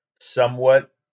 somewhat